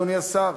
אדוני השר,